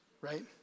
right